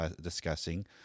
discussing